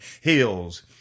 hills